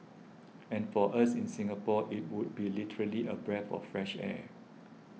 and for us in Singapore it would be literally a breath of fresh air